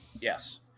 Yes